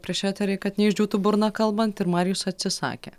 prieš eterį kad neišdžiūtų burna kalbant ir marijus atsisakė